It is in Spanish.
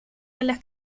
alas